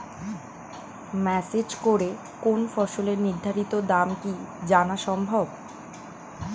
Message করে কোন ফসলের নির্ধারিত দাম কি জানা সম্ভব?